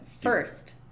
first